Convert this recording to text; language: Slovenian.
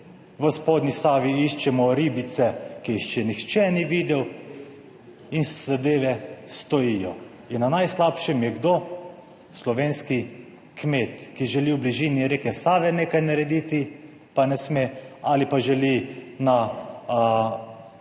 v spodnji Savi iščemo ribice, ki jih še nihče ni videl in zadeve stojijo. In na najslabšem je kdo? Slovenski kmet, ki želi v bližini reke Save nekaj narediti, pa ne sme ali pa želi na Barju